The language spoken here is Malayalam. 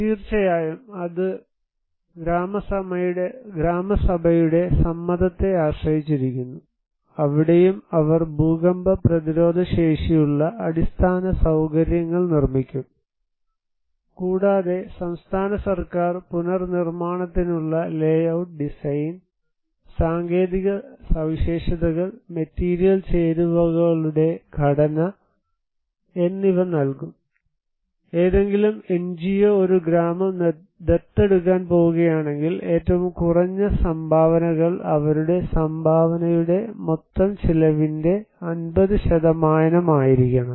തീർച്ചയായും അത് ഗ്രാമസഭയുടെ സമ്മതത്തെ ആശ്രയിച്ചിരിക്കുന്നു അവിടെയും അവർ ഭൂകമ്പ പ്രതിരോധശേഷിയുള്ള അടിസ്ഥാന സൌകര്യങ്ങൾ നിർമ്മിക്കും കൂടാതെ സംസ്ഥാന സർക്കാർ പുനർ നിർമ്മാണത്തിനുള്ള ലേയൌട്ട് ഡിസൈൻ സാങ്കേതിക സവിശേഷതകൾ മെറ്റീരിയൽ ചേരുവകളുടെ ഘടന എന്നിവ നൽകും ഏതെങ്കിലും എൻജിഒ ഒരു ഗ്രാമം ദത്തെടുക്കാൻ പോകുകയാണെങ്കിൽ ഏറ്റവും കുറഞ്ഞ സംഭാവനകൾ അവരുടെ സംഭാവന മൊത്തം ചെലവിന്റെ 50 ആയിരിക്കണം